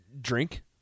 drink